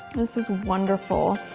this is wonderful.